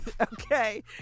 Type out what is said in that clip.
okay